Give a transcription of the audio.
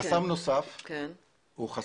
אנחנו אפילו לא צריכים לחוקק חוק חדש.